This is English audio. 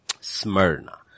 Smyrna